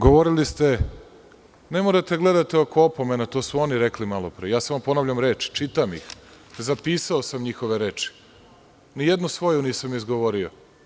Govorili ste, ne morate da gledate oko opomena, to su oni rekli malo pre, samo ponavljam, čitam ih, zapisao sam njihove reči, ni jednu svoju nisam izgovorio.